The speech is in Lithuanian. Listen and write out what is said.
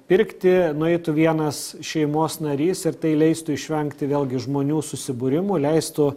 pirkti nueitų vienas šeimos narys ir tai leistų išvengti vėlgi žmonių susibūrimų leistų